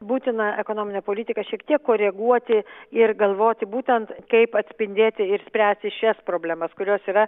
būtina ekonominę politiką šiek tiek koreguoti ir galvoti būtent kaip atspindėti ir spręsti šias problemas kurios yra